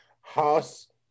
house